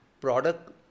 product